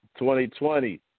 2020